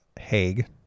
Haig